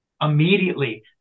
immediately